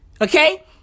Okay